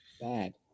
Bad